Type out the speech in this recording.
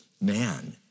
man